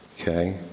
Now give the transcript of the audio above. Okay